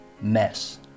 mess